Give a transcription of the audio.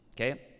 okay